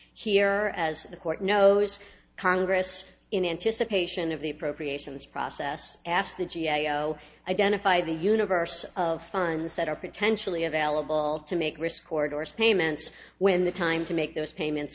here as the court knows congress in anticipation of the appropriations process asked the g a o identify the universe of funds that are potentially available to make risk orders payments when the time to make those payments